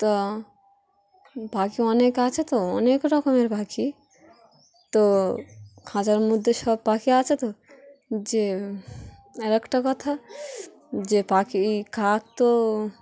তো পাখি অনেক আছে তো অনেক রকমের পাখি তো খাঁচার মধ্যে সব পাখি আছে তো যে আর একটা কথা যে পাখি খাদ্য